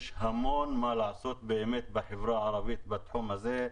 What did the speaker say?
יש המון מה לעשות בחברה הערבית בתחום הזה.